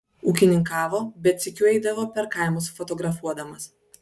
ūkininkavo bet sykiu eidavo per kaimus fotografuodamas